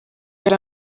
yari